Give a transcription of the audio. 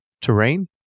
terrain